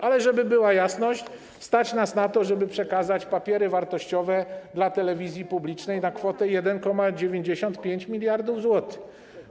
Ale, żeby była jasność, stać nas na to, żeby przekazać papiery wartościowe dla telewizji publicznej na kwotę 1,95 mld zł.